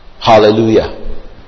Hallelujah